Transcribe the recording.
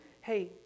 hey